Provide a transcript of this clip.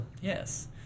Yes